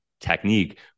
technique